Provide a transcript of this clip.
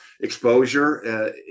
exposure